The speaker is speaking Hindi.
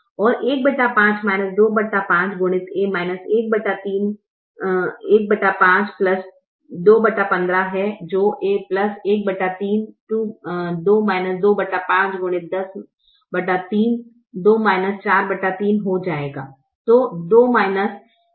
और 15 25 x 13 15 215 है जो 13 2 25 x 103 2 43 हो जाएगा